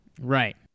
Right